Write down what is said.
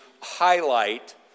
highlight